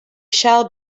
shall